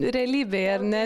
realybėje ar ne